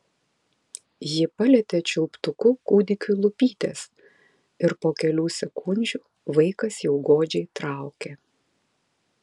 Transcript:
ji palietė čiulptuku kūdikiui lūpytes ir po kelių sekundžių vaikas jau godžiai traukė